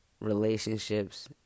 relationships